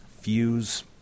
fuse